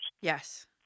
Yes